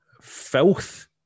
filth